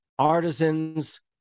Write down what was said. Artisans